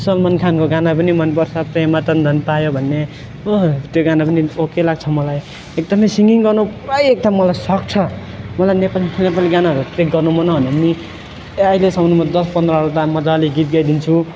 सलमान खानको गाना पनि मनपर्छ प्रेम रतन धन पायो भन्ने हो त्यो गाना पनि ओके लाग्छ मलाई एकदमै सिङगिङ गर्नु पुरै एकदम मलाई सोख छ मलाई नेपाली नेपाली गानाहरू ट्र्याक गर्नु म नभने पनि ए अहिलेसम्म दस पन्ध्रवटा त मजाले गीत गाइदिन्छु